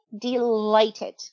delighted